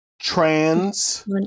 trans